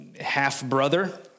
half-brother